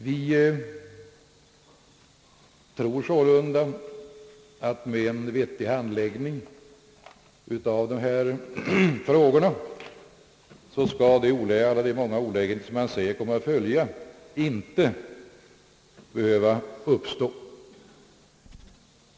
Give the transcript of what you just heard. Vi tror således att med en vettig handläggning av dessa frågor skall alla de olägenheter som man säger kommer att följa inte behöva uppstå.